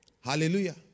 Hallelujah